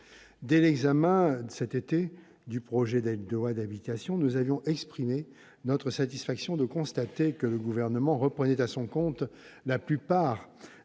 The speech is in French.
Dès l'examen du projet de loi d'habilitation, cet été, nous avions exprimé notre satisfaction de constater que le Gouvernement reprenait à son compte la plupart des